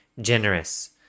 generous